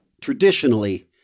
traditionally